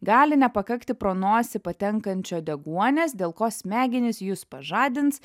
gali nepakakti pro nosį patenkančio deguonies dėl ko smegenys jus pažadins